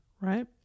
Right